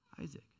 Isaac